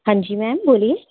हाँ जी मैम बोलिए